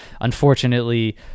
unfortunately